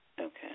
Okay